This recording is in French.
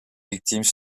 victimes